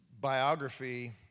biography